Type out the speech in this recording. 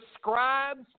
scribes